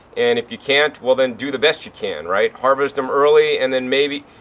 and if you can't, well then do the best you can, right, harvest them early and then maybe,